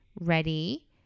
ready